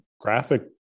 graphic